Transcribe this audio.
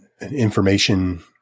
information